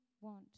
want